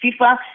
FIFA